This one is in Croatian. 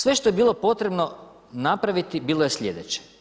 Sve što bi bilo potrebno napraviti bilo je slijedeće.